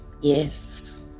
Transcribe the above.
Yes